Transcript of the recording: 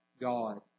God